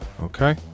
Okay